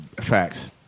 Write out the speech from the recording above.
Facts